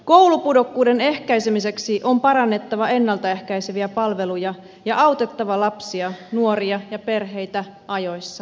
koulupudokkuuden ehkäisemiseksi on parannettava ennalta ehkäiseviä palveluja ja autettava lapsia nuoria ja perheitä ajoissa